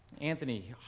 Anthony